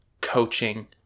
coaching